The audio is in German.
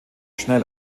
schnell